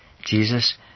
Jesus